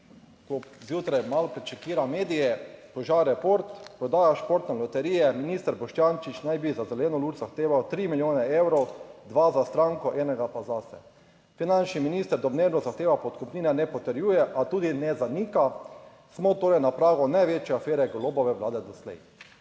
ko zjutraj malo prečekiram medije, Požareport, Prodaja športne loterije: Minister Boštjančič naj bi za zeleno luč zahteval tri milijone evrov, 2 za stranko, enega pa zase. Finančni minister domnevno zahteva podkupnine ne potrjuje, a tudi ne zanika. Smo torej na pragu največje afere Golobove vlade doslej?